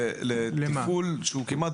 לא כל ארגז נכנס באותה שקית.